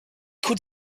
could